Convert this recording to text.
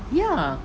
ya